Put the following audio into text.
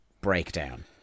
breakdown